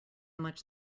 much